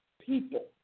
people